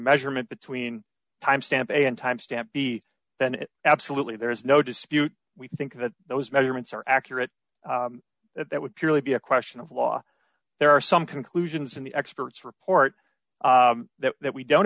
measurement between timestamp and timestamp be then it absolutely there is no dispute we think that those measurements are accurate that that would purely be a question of law there are some conclusions in the expert's report that that we don't